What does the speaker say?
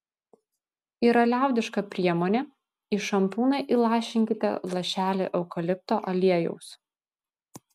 yra liaudiška priemonė į šampūną įlašinkite lašelį eukalipto aliejaus